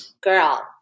Girl